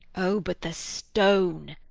o, but the stone,